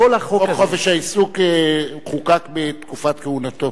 חוק חופש העיסוק חוקק בתקופת כהונתו.